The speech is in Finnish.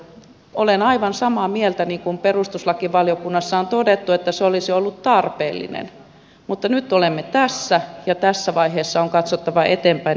olen aivan samaa mieltä niin kuin perustuslakivaliokunnassa on todettu että se olisi ollut tarpeellinen mutta nyt olemme tässä ja tässä vaiheessa on katsottava eteenpäin ja löydettävä ratkaisuja